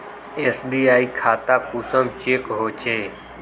SBI खाता कुंसम check होचे?